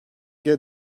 geri